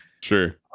Sure